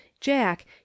jack